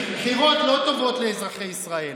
בחירות לא טובות לאזרחי ישראל,